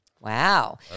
wow